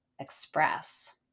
Express